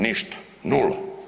Ništa, nula.